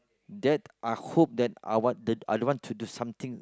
that I hope that I want I don't want to something